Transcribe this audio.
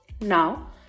Now